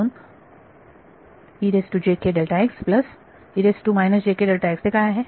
म्हणून ते काय आहे